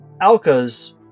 Alka's